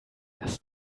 dass